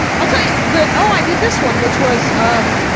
i'll tell you, the oh, i did this one, which was um